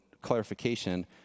clarification